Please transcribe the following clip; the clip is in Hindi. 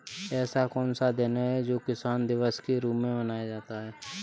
ऐसा कौन सा दिन है जो किसान दिवस के रूप में मनाया जाता है?